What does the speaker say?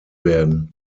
werden